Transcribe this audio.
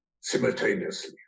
simultaneously